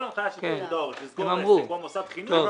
כל הנחיה של פיקוד העורף לסגור את מוסדות הלימודים,